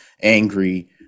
angry